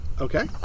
Okay